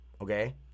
okay